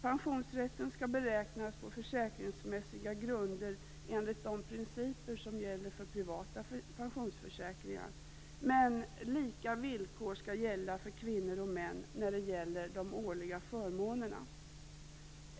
Pensionsrätten skall beräknas på försäkringsmässiga grunder enligt de principer som gäller för privata pensionsförsäkringar, men lika villkor skall gälla för kvinnor och män när det gäller de årliga förmånerna.